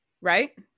right